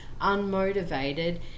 unmotivated